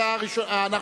אנחנו